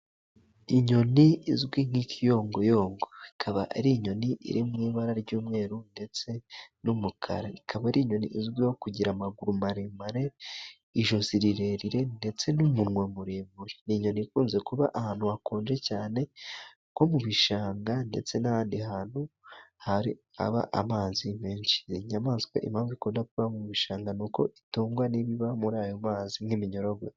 Inyoni izwi nk'ikiyongoyongo ikaba ari inyoni iri mu ibara ry'umweru ndetse n'umukara, ikaba ari inyoni izwiho kugira amaguru maremare, ijosi rirerire, ndetse n'umunwa muremure. Ni inyoni ikunze kuba ahantu hakonje cyane nko mu bishanga ndetse n'ahandi hantu hari amazi menshi. Iyi nyamaswa impamvu ikunda kuba mu bishanga ni uko itungwa n'ibiba muri ayo mazi nk'iminyorogoto.